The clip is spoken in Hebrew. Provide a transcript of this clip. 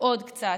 עוד קצת.